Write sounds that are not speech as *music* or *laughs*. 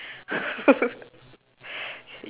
*laughs*